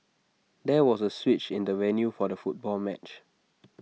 there was A switch in the venue for the football match